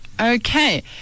Okay